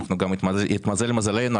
גם התמזל מזלנו,